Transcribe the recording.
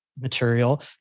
material